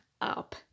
up